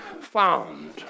found